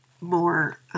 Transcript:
more –